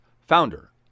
founder